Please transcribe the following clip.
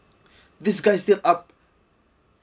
this guy still up